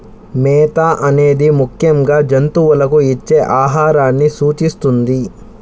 మేత అనేది ముఖ్యంగా జంతువులకు ఇచ్చే ఆహారాన్ని సూచిస్తుంది